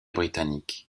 britannique